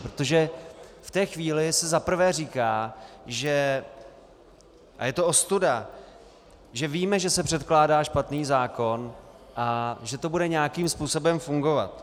Protože v té chvíli se za prvé říká, a je to ostuda, že víme, že se předkládá špatný zákon a že to bude nějakým způsobem fungovat.